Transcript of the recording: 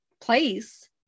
place